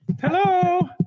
hello